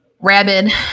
rabid